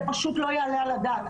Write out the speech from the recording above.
זה פשוט לא יעלה על הדעת.